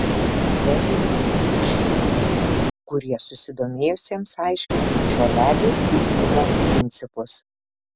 žolininkai ir žiniuoniai kurie susidomėjusiems aiškins žolelių veikimo principus